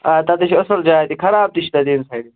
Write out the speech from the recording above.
آ تَتٮ۪ن چھِ اَصٕل جاے تہِ خراب تہِ چھِ تَتہِ ییٚمہِ سایڈٕ